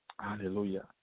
Hallelujah